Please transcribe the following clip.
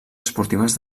esportives